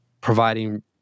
providing